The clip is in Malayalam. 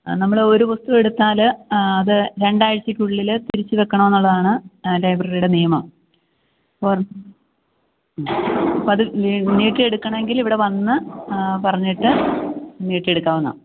നമ്മളൊരു പുസ്തകം എടുത്താല് അത് രണ്ടാഴ്ചയ്ക്കുള്ളില് തിരിച്ച് വെയ്ക്കണമെന്നുള്ളതാണ് ലൈബ്രറിയുടെ നിയമം ഉം അപ്പോളത് നീട്ടിയെടുക്കണമെങ്കില് ഇവിടെ വന്ന് പറഞ്ഞിട്ട് നീട്ടിയെടുക്കാവുന്നതാണ്